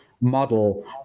model